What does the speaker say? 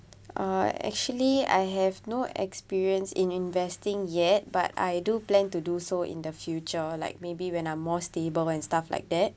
uh actually I have no experience in investing yet but I do plan to do so in the future like maybe when I'm more stable and stuff like that